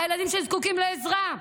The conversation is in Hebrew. לילדים שזקוקים לעזרה.